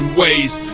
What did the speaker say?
ways